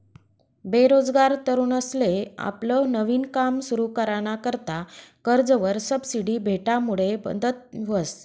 बेरोजगार तरुनसले आपलं नवीन काम सुरु कराना करता कर्जवर सबसिडी भेटामुडे मदत व्हस